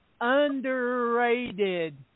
underrated